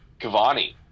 Cavani